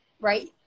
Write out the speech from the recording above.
right